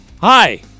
Hi